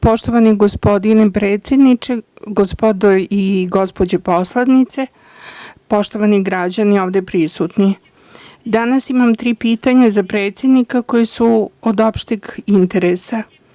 Poštovani gospodine predsedniče, gospodo i gospođe poslanice, poštovani građani ovde prisutni, danas imam tri pitanja za predsednika koja su od opšteg interesa.